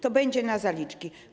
To będzie na zaliczki?